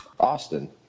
Austin